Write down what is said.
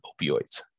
opioids